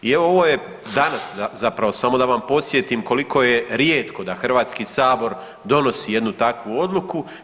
I evo ovo je danas zapravo samo da vam podsjetim koliko je rijetko da Hrvatski sabor donosi jednu takvu odluku.